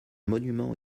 monument